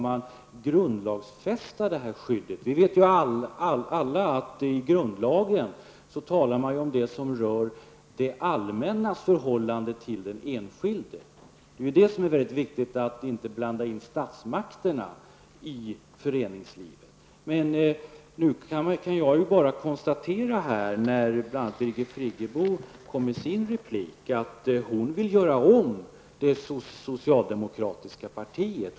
Varför skall alltså det här skyddet grundlagsfästas? I grundlagen talas det ju om det som rör det allmännas förhållande till den enskilde. Det är mycket viktigt att inte blanda in statsmakterna när det gäller föreningslivet. Bl.a. Birgit Friggebo, det framgår av en replik från henne, vill göra om det socialdemokratiska partiet.